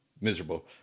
miserable